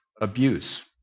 abuse